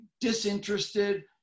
disinterested